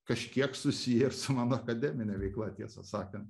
kažkiek susiję su mano akademine veikla tiesą sakant